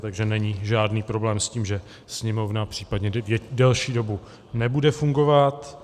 Takže není žádný problém s tím, že Sněmovna případně delší dobu nebude fungovat.